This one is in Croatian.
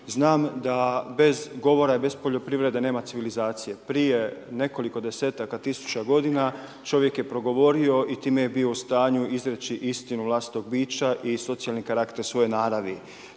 Znam da bez govora i bez poljoprivrede nema civilizacije. Prije nekoliko desetaka tisuća godina, čovjek je progovorio i time je bio u stanju izreći istinu vlastitog bića i socijalni karakter svoje naravi.